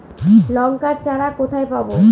লঙ্কার চারা কোথায় পাবো?